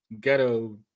Ghetto